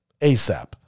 ASAP